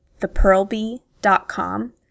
thepearlbee.com